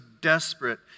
desperate